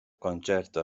concerto